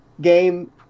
game